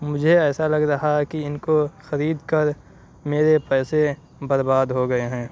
مجھے ایسا لگ رہا ہے کہ ان کو خرید کر میرے پیسے برباد ہو گئے ہیں